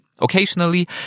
Occasionally